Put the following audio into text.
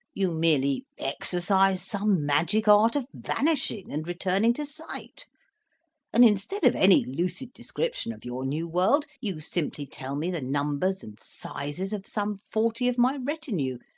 you merely exercise some magic art of vanishing and returning to sight and instead of any lucid description of your new world, you simply tell me the numbers and sizes of some forty of my retinue,